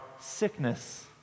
sickness